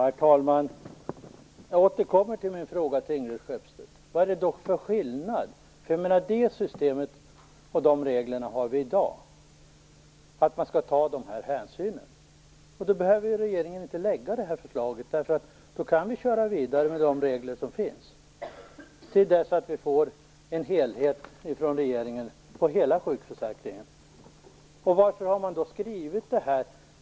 Herr talman! Jag återkommer till min fråga till Ingrid Skeppstedt: Vad är det för skillnad? Vi har i dag det systemet och de reglerna att man skall ta de här hänsynen. Då behöver regeringen inte lägga det här förslaget, därför att då kan vi köra vidare med de regler som finns, till dess att vi från regeringen får en helhet på hela sjukförsäkringen. Varför har man då skrivit det här?